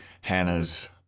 Hannah's